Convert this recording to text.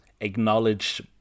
acknowledge